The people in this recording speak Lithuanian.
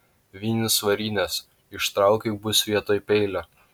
vinys varinės ištraukyk bus vietoj peilio